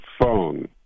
phone